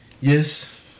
Yes